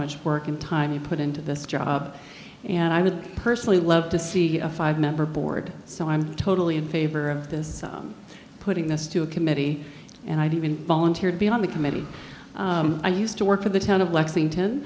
much work and time you put into this job and i would personally love to see a five member board so i'm totally in favor of this putting this to a committee and i even volunteer to be on the committee i used to work for the town of lexington